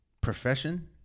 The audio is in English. profession